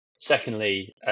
Secondly